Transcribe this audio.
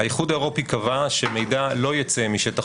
האיחוד האירופי קבע שמידע לא ייצא משטח